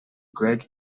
greg